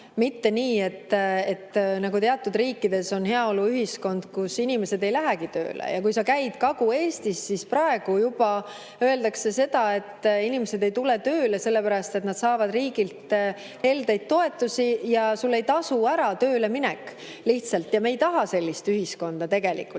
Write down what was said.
mitte nii, nagu teatud riikides on heaoluühiskond, kus inimesed ei lähegi tööle. Ja kui sa käid Kagu-Eestis, siis juba praegu öeldakse seda, et inimesed ei tule tööle selle pärast, et nad saavad riigilt heldeid toetusi. Sul lihtsalt ei tasu tööle minek ära. Me ei taha sellist ühiskonda tegelikult.